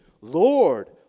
Lord